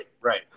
Right